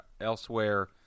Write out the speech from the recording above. elsewhere